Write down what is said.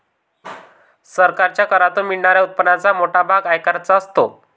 सरकारच्या करातून मिळणाऱ्या उत्पन्नाचा मोठा भाग आयकराचा असतो